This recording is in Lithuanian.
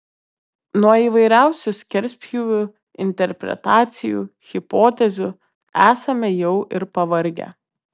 nuo įvairiausių skerspjūvių interpretacijų hipotezių esame jau ir pavargę